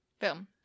boom